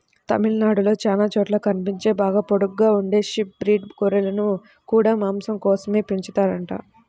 తమిళనాడులో చానా చోట్ల కనిపించే బాగా పొడుగ్గా ఉండే షీప్ బ్రీడ్ గొర్రెలను గూడా మాసం కోసమే పెంచుతారంట